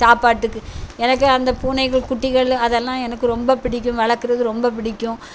சாப்பாட்டுக்கு எனக்கு அந்த பூனை குட்டிகள் அதெல்லாம் எனக்கு ரொம்ப பிடிக்கும் வளர்க்குறது ரொம்ப பிடிக்கும்